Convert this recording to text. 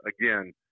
again